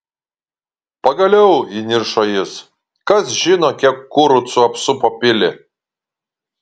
pagaliau įniršo jis kas žino kiek kurucų apsupo pilį